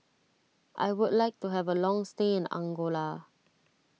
I would like to have a long stay in Angola